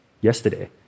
yesterday